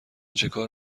چکار